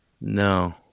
No